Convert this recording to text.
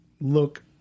look